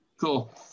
Cool